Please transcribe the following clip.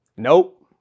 nope